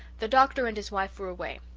the doctor and his wife were away.